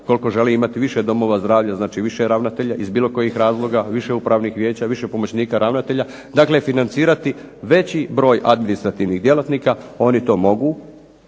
ukoliko žele da imaju više domova zdravlja, znači više ravnatelja, iz bilo kojih razloga, više upravnih vijeća, više pomoćnika ravnatelja, dakle financirati veći broj administrativnih djelatnika, oni to mogu